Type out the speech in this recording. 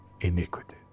iniquity